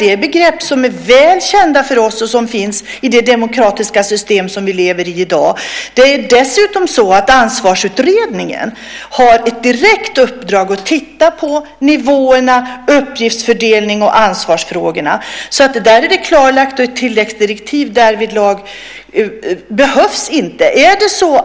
Dessa begrepp är väl kända för oss och finns i det demokratiska system som vi i dag lever i. Dessutom har Ansvarsutredningen ett direkt uppdrag att titta på nivåerna, uppgiftsfördelningen och ansvarsfrågorna. Det är alltså klarlagt, och det behövs inte ett tilläggsdirektiv därvidlag.